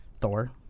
Thor